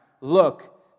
Look